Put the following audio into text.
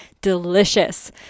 delicious